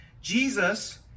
Jesus